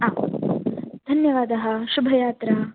धन्यवादः शुभयात्रा